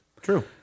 True